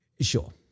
sure